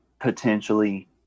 potentially